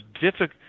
difficult